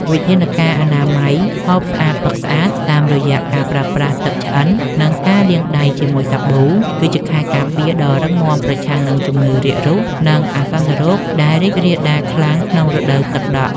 វិធានការអនាម័យ ហូបស្អាត ផឹកស្អាត តាមរយៈការប្រើប្រាស់ទឹកឆ្អិន និងការលាងដៃជាមួយសាប៊ូ គឺជាខែលការពារដ៏រឹងមាំប្រឆាំងនឹងជំងឺរាគរូស និងអាសន្នរោគដែលរីករាលដាលខ្លាំងក្នុងរដូវទឹកដក់។